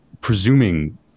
presuming